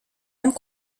mêmes